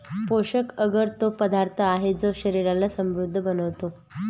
पोषक अगर तो पदार्थ आहे, जो शरीराला समृद्ध बनवतो